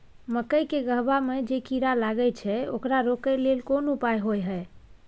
मकई के गबहा में जे कीरा लागय छै ओकरा रोके लेल कोन उपाय होय है?